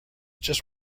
just